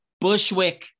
Bushwick